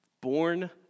Born